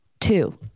two